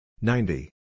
ninety